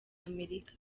amerika